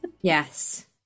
yes